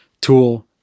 Tool